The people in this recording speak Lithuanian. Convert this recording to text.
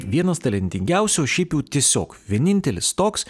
vienas talentingiausių šiaip jau tiesiog vienintelis toks